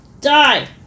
Die